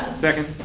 second.